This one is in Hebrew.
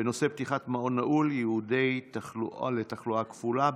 בנושא: פתיחת מעון נעול ייעודי לתחלואה כפולה.